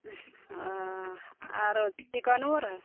आरो चिकेनो आर हय